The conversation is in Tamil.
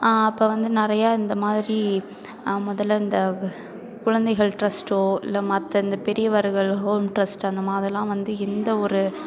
அப்போ வந்து நிறைய இந்தமாதிரி முதல்ல இந்த குழந்தைகள் ட்ரஸ்ட்டோ இல்லை மற்ற இந்த பெரியவர்கள் ஹோம் ட்ரஸ்ட் அந்த மாதிரிலாம் வந்து எந்த ஒரு